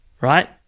right